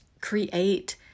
create